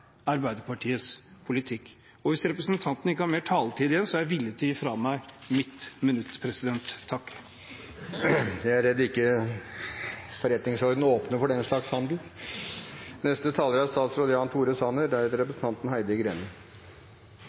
Arbeiderpartiets politikk. Og hvis representanten ikke har mer taletid igjen, så er jeg villig til å gi fra meg mitt minutt. Presidenten er redd forretningsordenen ikke åpner for den slags handel. Jeg skal forsøke ikke å forlenge debatten unødvendig, men når jeg hører representanten Liv Signe Navarsete, så er